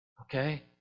Okay